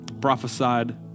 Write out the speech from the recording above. prophesied